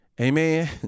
Amen